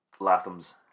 Lathams